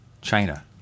China